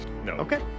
Okay